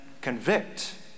convict